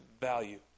value